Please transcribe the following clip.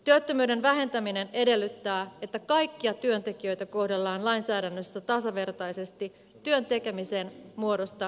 työttömyyden vähentäminen edellyttää että kaikkia työntekijöitä kohdellaan lainsäädännössä tasavertaisesti työn tekemisen muodosta riippumatta